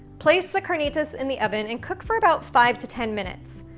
place the carnitas in the oven and cook for about five to ten minutes,